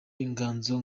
inganzo